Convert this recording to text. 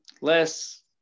Less